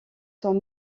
sont